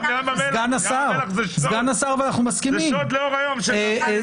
ים המלח זה שוד לאור היום שנעשה.